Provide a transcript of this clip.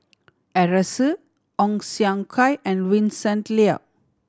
Arasu Ong Siong Kai and Vincent Leow